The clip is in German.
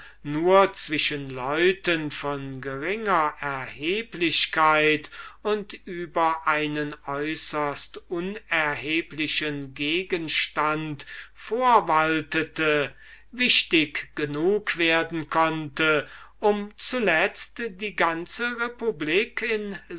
nur zwischen leuten von geringer erheblichkeit und über einen äußerst unerheblichen gegenstand vorwaltete wichtig genug werden konnte um zuletzt die ganze republik in